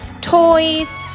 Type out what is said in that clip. toys